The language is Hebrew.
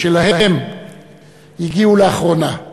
שלהם הגיעו לאחרונה.